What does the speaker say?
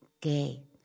gay